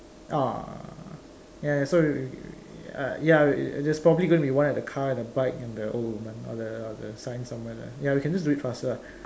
ah ya so you uh ya there's probably gonna be one at the car and the bike and the old woman or the or the sign somewhere there ya we can just do it faster lah